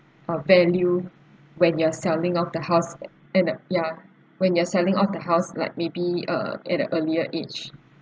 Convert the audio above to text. uh value when you're selling off the house and it ya when you're selling off the house like maybe uh at a earlier age